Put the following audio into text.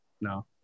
no